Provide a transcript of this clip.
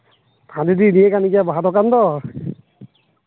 ᱦᱮᱸ ᱫᱤᱫᱤ ᱱᱤᱭᱟᱹ ᱠᱟᱱ ᱜᱮᱭᱟ ᱵᱟᱦᱟ ᱫᱚᱠᱟᱱ ᱫᱚ